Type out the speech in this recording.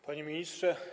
Panie Ministrze!